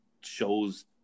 shows